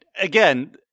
again